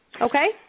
Okay